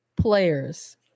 players